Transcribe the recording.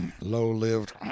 Low-lived